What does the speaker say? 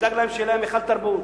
נדאג להם שיהיה להם היכל תרבות,